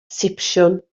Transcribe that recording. sipsiwn